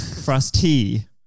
Frosty